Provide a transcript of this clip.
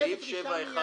בסעיף 7(1)